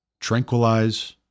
tranquilize